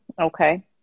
Okay